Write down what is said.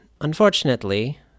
unfortunately